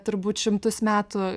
turbūt šimtus metų